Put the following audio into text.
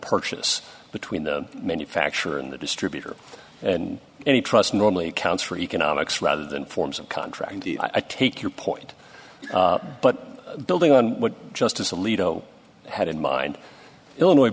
purchase between the manufacturer and the distributor and any trust normally accounts for economics rather than forms of contract i take your point but building on what justice alito had in mind illinois